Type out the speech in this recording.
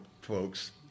folks